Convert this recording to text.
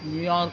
new York